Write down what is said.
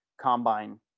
combine